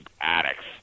addicts